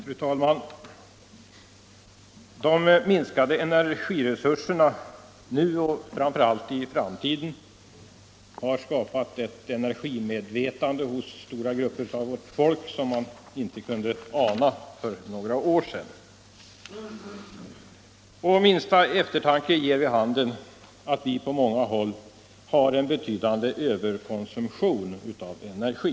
Fru talman! De minskande energiresurserna, nu och framför allt i framtiden, har skapat ett energimedvetande hos stora grupper av vårt folk som man inte kunde ana för några år sedan. Och minsta eftertanke ger vid handen att vi på många håll har en betydande överkonsumtion av energi.